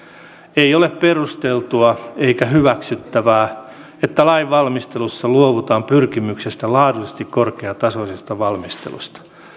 ei ole perusteltua eikä hyväksyttävää että lainvalmistelussa luovutaan pyrkimyksestä laadullisesti korkeatasoiseen valmisteluun